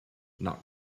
not